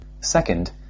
Second